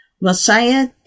Messiah